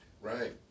Right